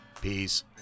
Peace